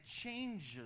changes